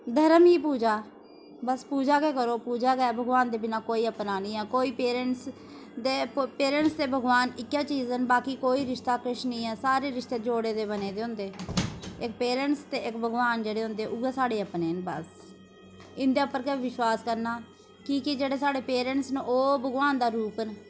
धर्म ही पूजा बस पूजा गै करो पूजा गै भगवान दे बिना कोई अपना नी ऐ कोई पेरेंट्स दे पेरेंट्स ते भगवान इक्कै चीज़ न बाकी कोई रिश्ता किश नी ऐ सारे रिश्ते जोड़े दे बने दे होंदे इक पेरेंट्स ते इक भगवान जेह्ड़े होंदे उ'यै साढ़े अपने न बस इं'दे पर गै विश्वास करना कि कि जेह्ड़े साढ़े पेरेंट्स न ओह् भगवान दा रूप न